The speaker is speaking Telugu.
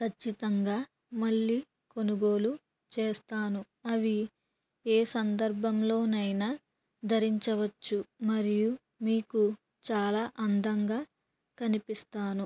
ఖచ్చితంగా మళ్ళీ కొనుగోలు చేస్తాను అవి ఏ సందర్భంలోనైనా ధరించవచ్చు మరియు మీకు చాలా అందంగా కనిపిస్తాను